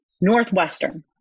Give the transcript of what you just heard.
Northwestern